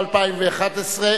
התשע"א 2011,